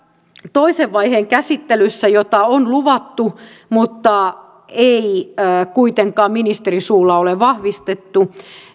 toisen vaiheen käsittelyssä jota on luvattu mutta ei kuitenkaan ministerin suulla ole vahvistettu